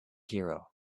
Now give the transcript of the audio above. hero